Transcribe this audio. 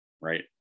Right